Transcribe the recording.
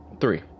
three